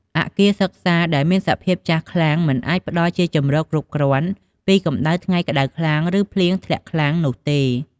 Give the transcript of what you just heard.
អគារសិក្សាដែលមានសភាពចាស់ខ្លាំងមិនអាចផ្តល់ជាជម្រកគ្រប់គ្រាន់ពីកម្ដៅថ្ងៃក្តៅខ្លាំង ឬភ្លៀងធ្លាក់ខ្លាំងនោះទេ។